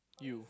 you